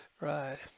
Right